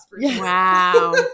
Wow